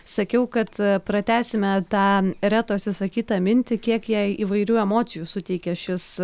sakiau kad pratęsime tą retos išsakytą mintį kiek jai įvairių emocijų suteikė šis